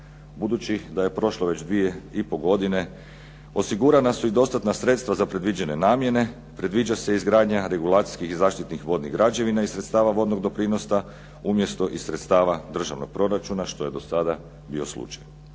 Budući da je prošlo već 2 i pol godine osigurana su i dostatna sredstva za predviđene namjene, predviđa se izgradnja regulacijskih i zaštitnih vodnih građevina i sredstava vodnog doprinosa umjesto iz sredstava državnog proračuna što je do sada bio slučaj.